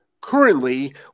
currently